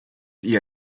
ihr